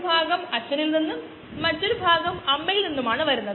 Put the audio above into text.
വാസ്തവത്തിൽ μ അത്തരമൊരു സാഹചര്യത്തിൽ നിർവചിക്കാം